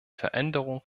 veränderung